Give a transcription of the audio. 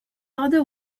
other